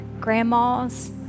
grandmas